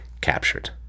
captured